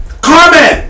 comment